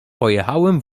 pojechałem